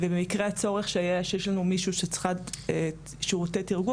ובמקרה הצורך שיש לנו מישהי שצריכה שירותי תרגום,